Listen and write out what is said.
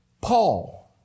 Paul